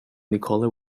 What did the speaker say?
nikola